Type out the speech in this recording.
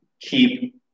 keep